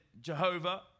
Jehovah